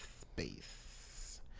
space